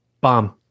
bomb